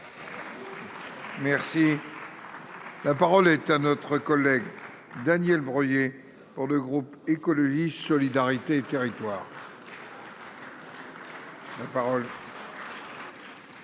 remercie. La parole est à notre collègue Daniel Breuiller pour le groupe écologiste solidarité et Thierry.